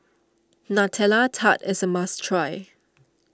Nutella Tart is a must try